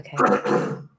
Okay